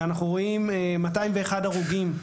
אנחנו רואים 201 הרוגים,